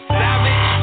savage